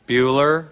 Bueller